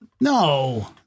No